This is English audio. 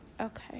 okay